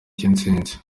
cy’intsinzi